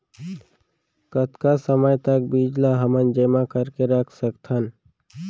कतका समय तक बीज ला हमन जेमा करके रख सकथन?